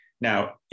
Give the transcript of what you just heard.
Now